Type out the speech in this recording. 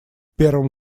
первом